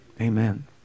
Amen